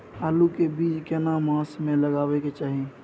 आलू के बीज केना मास में लगाबै के चाही?